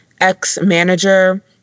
ex-manager